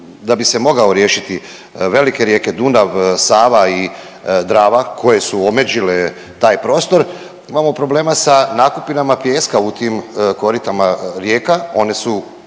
da bi se mogao riješiti velike rijeke Dunav, Sava i Drava koje su omeđile taj prostor, imamo problema sa nakupinama pijeska u tim koritama rijeka,